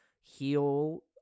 heal